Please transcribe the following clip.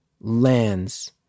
lands